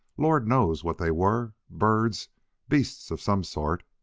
lord knows what they were birds beasts of some sort!